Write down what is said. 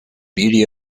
beauty